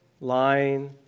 lying